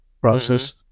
process